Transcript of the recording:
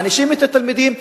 מענישים את התלמידים,